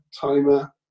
timer